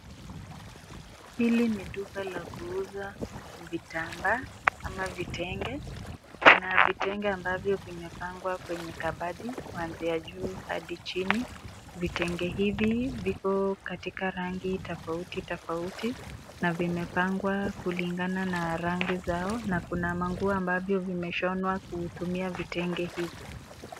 Hili ni duka la kuuza vitambaa ama vitenge, kuna vitenge ambavyo vimepangwa kwenye kabati kuanzia juu hadi chini vitenge hivi viko katika rangi tofauti tofauti na vimepangwa kulingana na rangi zao na kuna manguo ambavyo vimeshonwa kutumia vitenge hii.